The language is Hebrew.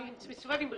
עובד שמסתובב עם רכבו.